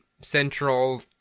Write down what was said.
central